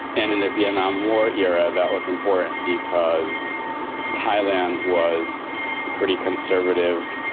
and in the vietnam war era that was important because thailand was pretty conservative,